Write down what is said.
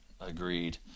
Agreed